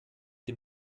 dem